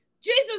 Jesus